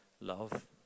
love